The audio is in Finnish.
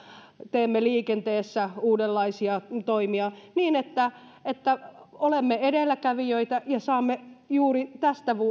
teemme liikenteessä uudenlaisia toimia niin että että olemme edelläkävijöitä ja saamme juuri tästä